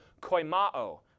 koimao